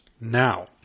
now